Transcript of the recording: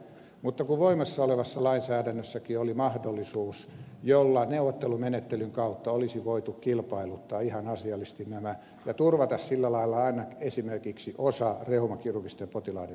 mutta voimassa olevassa lainsäädännössäkin oli mahdollisuus jolla neuvottelumenettelyn kautta olisi voitu kilpailuttaa ihan asiallisesti nämä ja turvata sillä lailla esimerkiksi osa reumakirurgisten potilaiden toiminnoista